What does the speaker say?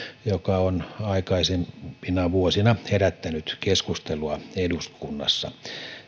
joka on aikaisempina vuosina herättänyt keskustelua eduskunnassa